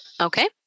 Okay